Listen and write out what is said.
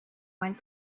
went